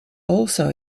also